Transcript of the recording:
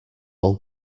all